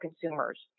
consumers